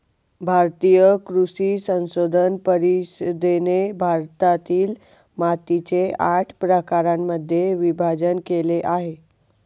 भारतीय कृषी संशोधन परिषदेने भारतातील मातीचे आठ प्रकारांमध्ये विभाजण केले आहे